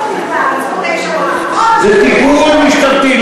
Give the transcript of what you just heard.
זה טיפול משטרתי.